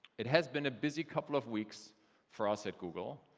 it has been a busy couple of weeks for us at google.